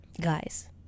Guys